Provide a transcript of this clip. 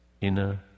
inner